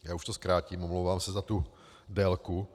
Já už to zkrátím, omlouvám se za tu délku.